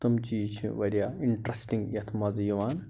تِم چیٖز چھِ وارِیاہ انٛٹرٛسٹِنٛگ یَتھ مزٕ یِوان